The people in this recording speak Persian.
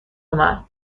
اومد